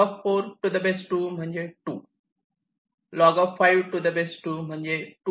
Log2 4 म्हणजे 2 Log2 5 म्हणजे 2